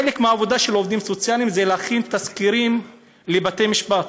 חלק מהעבודה של העובדים הסוציאליים הוא להכין תסקירים לבתי משפט.